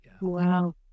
Wow